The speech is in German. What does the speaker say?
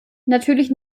natürlich